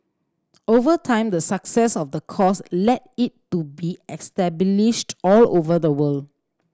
over time the success of the course led it to be established all over the world